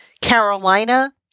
Carolina